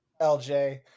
lj